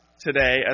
today